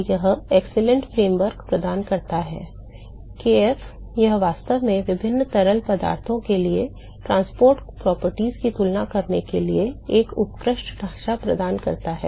तो यह एक उत्कृष्ट ढांचा प्रदान करता है kf यह वास्तव में विभिन्न तरल पदार्थों के लिए परिवहन गुणों की तुलना करने के लिए एक उत्कृष्ट ढांचा प्रदान करता है